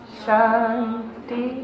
shanti